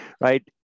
right